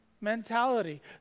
mentality